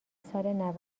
سال